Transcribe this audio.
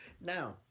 Now